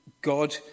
god